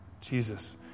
Jesus